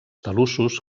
talussos